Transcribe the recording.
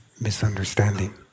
misunderstanding